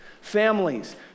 Families